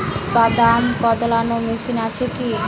বাদাম কদলানো মেশিন আছেকি?